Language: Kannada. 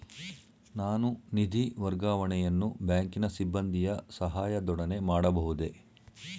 ನಾನು ನಿಧಿ ವರ್ಗಾವಣೆಯನ್ನು ಬ್ಯಾಂಕಿನ ಸಿಬ್ಬಂದಿಯ ಸಹಾಯದೊಡನೆ ಮಾಡಬಹುದೇ?